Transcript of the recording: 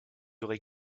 aurais